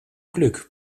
glück